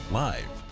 live